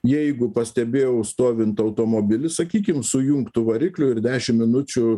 jeigu pastebėjau stovint automobilį sakykim su įjungtu varikliu ir dešim minučių